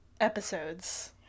episodes